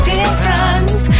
difference